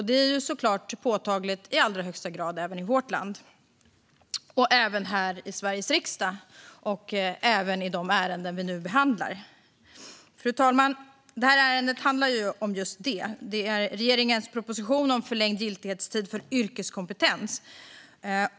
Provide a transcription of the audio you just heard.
Det är såklart i allra högsta grad påtagligt i vårt land och även här i Sveriges riksdag och i de ärenden som vi nu behandlar. Fru talman! Det här ärendet handlar om regeringens proposition om förlängd giltighetstid för yrkeskompetens.